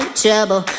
trouble